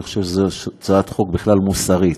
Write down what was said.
אני חושב שזו הצעת חוק, בכלל, מוסרית,